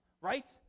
Right